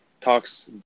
talks